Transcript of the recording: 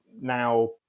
now